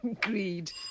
Greed